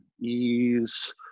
ease